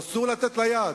שאסור לתת לה יד.